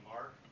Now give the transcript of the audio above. Mark